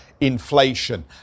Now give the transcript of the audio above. Inflation